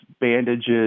bandages